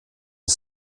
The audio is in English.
are